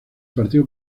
partido